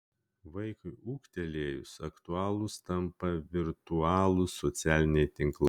vaikui ūgtelėjus aktualūs tampa virtualūs socialiniai tinklai